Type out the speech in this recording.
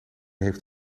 heeft